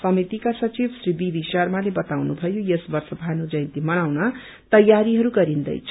समितिका सचिव श्री ची ची शर्माले बताउनुषयो यस वर्ष भानु जयन्जी मनाउन तयारीहरू गरिन्दैछ